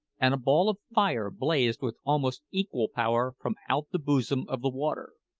and a ball of fire blazed with almost equal power from out the bosom of the water.